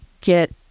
get